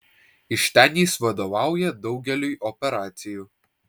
iš ten jis vadovauja daugeliui operacijų